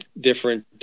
different